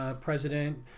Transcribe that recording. president